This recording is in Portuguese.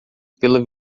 pela